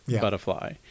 Butterfly